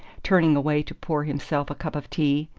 turning away to pour himself a cup of tea.